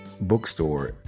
bookstore